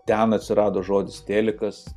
ten atsirado žodis telikas